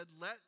let